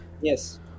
yes